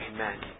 Amen